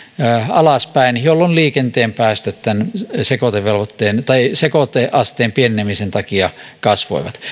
alaspäin jolloin liikenteen päästöt tämän sekoiteasteen pienenemisen takia kasvoivat